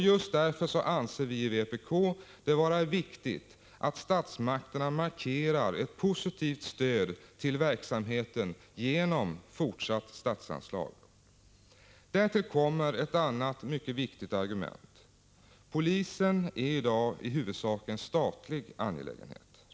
Just därför anser vi i vpk det vara viktigt att statsmakterna markerar ett positivt stöd till verksamheten genom fortsatt statsanslag. Därtill kommer ett annat mycket viktigt argument. Polisen är i dag i huvudsak en statlig angelägenhet.